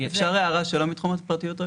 אפשר הערה שלא מתחום הפרטיות?